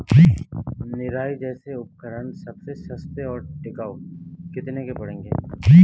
निराई जैसे उपकरण सबसे सस्ते और टिकाऊ कितने के पड़ेंगे?